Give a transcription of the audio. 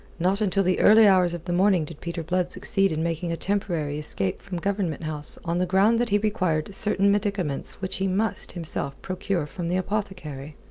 not until the early hours of the morning did peter blood succeed in making a temporary escape from government house on the ground that he required certain medicaments which he must, himself, procure from the apothecary.